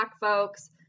folks